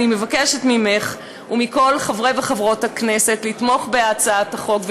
אני מבקשת ממך ומכל חברי וחברות הכנסת לתמוך בהצעת החוק.